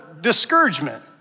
discouragement